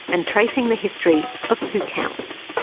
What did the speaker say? and tracing the history of who counts